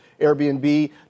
Airbnb